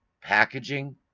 packaging